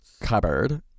cupboard